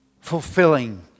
fulfilling